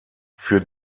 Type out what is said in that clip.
für